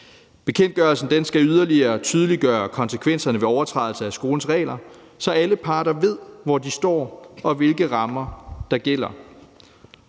Bekendtgørelsen skal yderligere tydeliggøre konsekvenserne ved overtrædelse af skolens regler, så alle parter ved, hvor de står, og hvilke rammer der gælder.